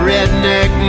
Redneck